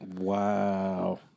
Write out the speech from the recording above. Wow